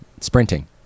sprinting